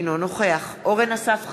אינו נוכח אורן אסף חזן,